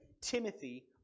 Timothy